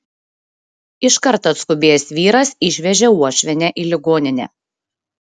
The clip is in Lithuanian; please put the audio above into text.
iš karto atskubėjęs vyras išvežė uošvienę į ligoninę